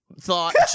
thought